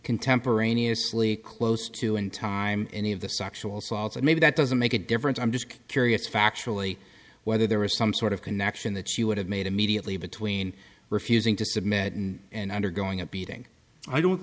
contemporaneously close to in time any of the sexual assaults and maybe that doesn't make a difference i'm just curious factually whether there was some sort of connection that she would have made immediately between refusing to submit and and undergoing a beating i don't